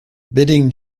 bidding